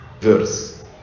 verse